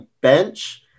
bench